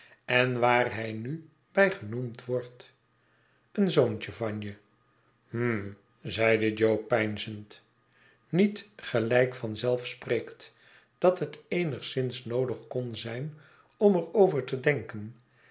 en waar hij nu bij genoemd wordt een zoontje van je hm zeide jo peinzend niet gelijk van zelf spreekt dat het eenigszins noodig kon zijn om er over te denken